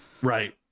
Right